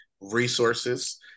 resources